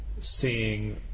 seeing